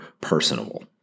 personable